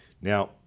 Now